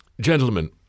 Gentlemen